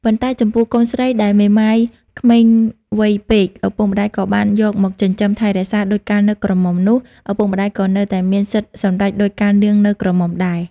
ប៉ុន្តែចំពោះកូនស្រីដែលមេម៉ាយក្មេងវ័យពេក ឪពុកម្ដាយក៏បានយកមកចិញ្ចឹមថែរក្សាដូចកាលនៅក្រមុំនោះ ឪពុកម្ដាយក៏នៅតែមានសិទ្ធិសម្រេចដូចកាលនាងនៅក្រមុំដែរ ។